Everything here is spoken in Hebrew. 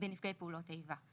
נפגעי פעולות איבה.